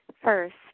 First